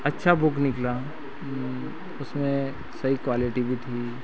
अच्छा बुक निकला उसमें सही क्वालिटी भी थी